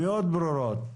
מאוד ברורות.